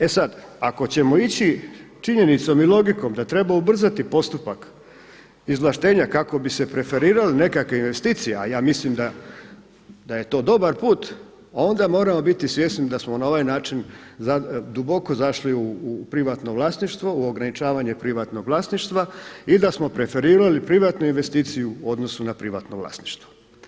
E sada, ako ćemo ići činjenicom i logikom da treba ubrzati postupak izvlaštenja kako bi se preferirale nekakve investicije, a ja mislim da je to dobar put, onda moramo biti svjesni da smo na ovaj način duboko zašli u privatno vlasništvo u ograničavanje privatnog vlasništva i da smo preferirali privatnu investiciju u odnosu na privatno vlasništvo.